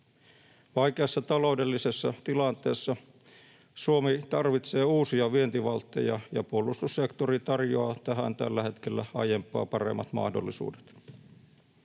Vaikeassa taloudellisessa tilanteessa Suomi tarvitsee uusia vientivaltteja, ja puolustussektori tarjoaa tähän tällä hetkellä aiempaa paremmat mahdollisuudet.